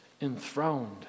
Enthroned